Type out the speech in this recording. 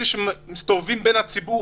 אלה שמסתובבים בציבור,